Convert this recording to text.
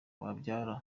wabyara